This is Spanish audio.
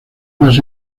más